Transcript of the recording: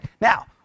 Now